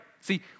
See